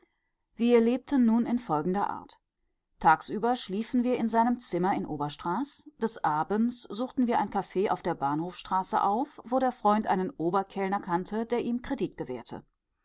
wir lebten nun in folgender art tagsüber schliefen wir in seinem zimmer in oberstraß des abends suchten wir ein kaffee auf der bahnhofstraße auf wo der freund einen oberkellner kannte der ihm kredit gewährte